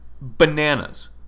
bananas